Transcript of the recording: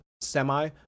semi